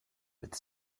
with